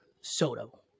Soto